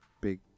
Big